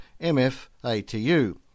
MFATU